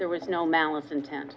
there was no malice inten